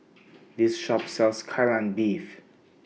This Shop sells Kai Lan Beef